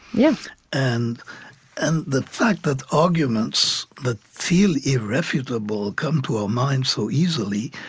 yeah and and the fact that arguments that feel irrefutable come to our mind so easily